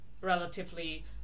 relatively